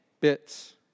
bits